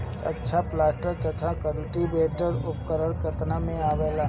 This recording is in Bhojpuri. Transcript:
अच्छा प्लांटर तथा क्लटीवेटर उपकरण केतना में आवेला?